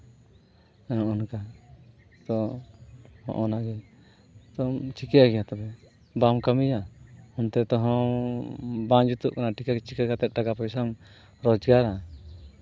ᱦᱚᱸᱜᱼᱚᱭ ᱱᱚᱝᱠᱟ ᱛᱚ ᱦᱚᱸᱜᱼᱚᱭ ᱱᱟᱜᱮ ᱟᱫᱚᱢ ᱪᱤᱠᱟᱹᱭᱟ ᱛᱚᱵᱮ ᱵᱟᱢ ᱠᱟᱹᱢᱤᱭᱟ ᱚᱱᱛᱮ ᱛᱮᱦᱚᱸ ᱵᱟᱝ ᱡᱩᱛᱩᱜ ᱠᱟᱱᱟ ᱪᱤᱠᱟᱹ ᱠᱟᱛᱮ ᱴᱟᱠᱟ ᱯᱚᱭᱥᱟᱢ ᱨᱳᱡᱽᱜᱟᱨᱟ